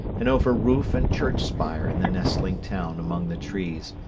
and over roof and church spire in the nestling town among the trees,